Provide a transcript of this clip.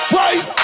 right